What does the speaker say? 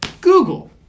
Google